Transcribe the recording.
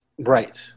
Right